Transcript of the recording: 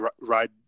ride